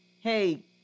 Hey